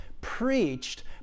preached